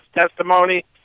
testimony